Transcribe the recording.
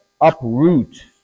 uproot